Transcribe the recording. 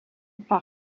par